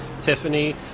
Tiffany